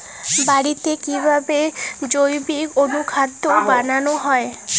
বাড়িতে কিভাবে জৈবিক অনুখাদ্য বানানো যায়?